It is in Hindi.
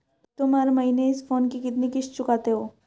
तुम हर महीने इस फोन की कितनी किश्त चुकाते हो?